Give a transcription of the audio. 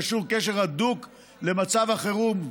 קשור בקשר הדוק למצב החירום,